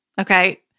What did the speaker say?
okay